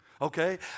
okay